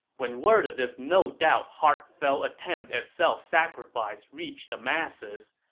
when word of this no-doubt heartfelt attempt at self-sacrifice reached the masses,